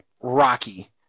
Rocky